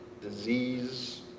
disease